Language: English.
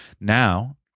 now